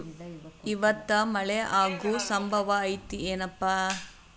ಇವತ್ತ ಮಳೆ ಆಗು ಸಂಭವ ಐತಿ ಏನಪಾ?